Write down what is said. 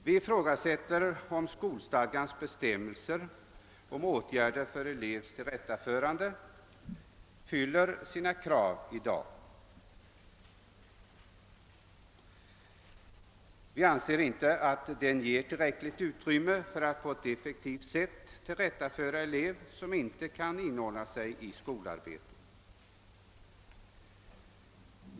Vi ifrågasätter också om skolstadgans bestämmelser beträffande åtgärder för elevs tillrättaförande i dag fyller kraven — enligt vår mening ger de inte tillräckligt utrymme för ett effektivt tillrättaförande av elever som inte kan inordna sig i skolarbetet.